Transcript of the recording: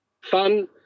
fun